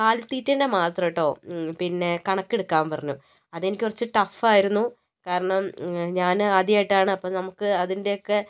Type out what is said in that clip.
കാലി തീറ്റെൻ്റെ മാത്രം കേട്ടോ പിന്നെ കണക്കെടുക്കാൻ പറഞ്ഞു അതെനിക്ക് കുറച്ച് ടഫ് ആയിരുന്നു കാരണം ഞാൻ ആദ്യമായിട്ടാണ് അപ്പോൾ നമുക്ക് അതിൻ്റെയൊക്കെ